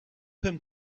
him